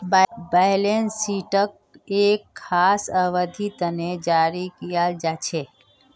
balance शीटक एक खास अवधिर तने जारी कियाल जा छे